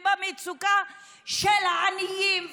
ובמצוקה של העניים,